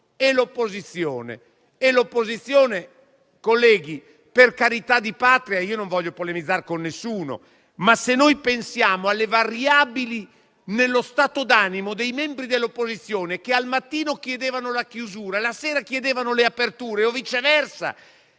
momento. Quanto all'opposizione, per carità di Patria, colleghi, non voglio polemizzare con nessuno, ma pensiamo alle variabili nello stato d'animo dei membri dell'opposizione, che al mattino chiedevano la chiusura e alla sera chiedevano le aperture, o viceversa.